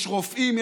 יש רופאים,